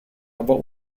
aber